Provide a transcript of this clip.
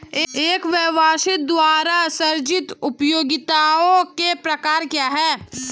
एक व्यवसाय द्वारा सृजित उपयोगिताओं के प्रकार क्या हैं?